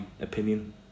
opinion